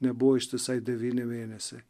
nebuvo ištisai devyni mėnesiai